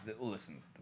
listen